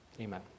Amen